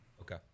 Okay